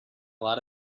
lot